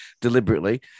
deliberately